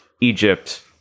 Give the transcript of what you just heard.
Egypt